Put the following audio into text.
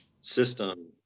system